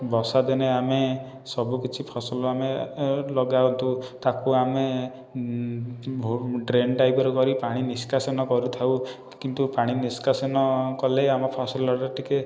ବର୍ଷା ଦିନେ ଆମେ ସବୁକିଛି ଫସଲ ଆମେ ଲଗାଉ ତାକୁ ଆମେ ଡ୍ରେନ ଟାଇପ୍ର କରି ପାଣି ନିଷ୍କାସନ କରୁଥାଉ କିନ୍ତୁ ପାଣି ନିଷ୍କାସନ କଲେ ଆମ ଫସଲର ଟିକିଏ